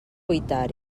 cuitar